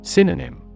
Synonym